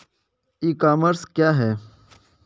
ई commerce क्या है?